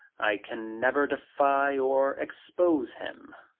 i can never defy or expose him.